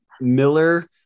Miller